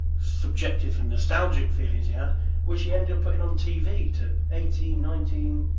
subjective and nostalgic feelings he had which he ended up putting on tv to eighteen, nineteen,